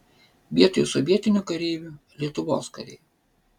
vietoj sovietinių kareivių lietuvos kariai